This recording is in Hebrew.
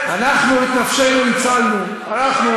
"אנחנו את נפשנו הצלנו" אנחנו,